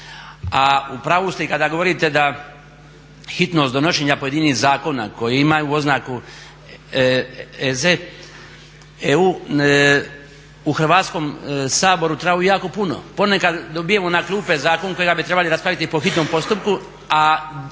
A u pravu ste i kada govoriti da hitnost donošenje pojedinih zakona koji imaju oznaku P.Z.E. u Hrvatskom saboru traju jako puno, ponekad dobijemo na klupe zakon kojega bi trebali raspraviti po hitnom postupku, a